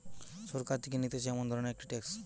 সরকার থেকে নিতেছে এমন ধরণের একটি ট্যাক্স